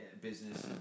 business